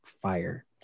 fire